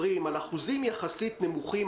בעיקר של מוסדות חינוך לבנות שנערכו לחזרה של כיתות א'-ג',